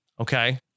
Okay